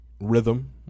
rhythm